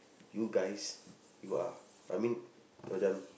you guys you are I mean macam